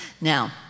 Now